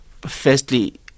firstly